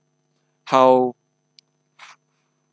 how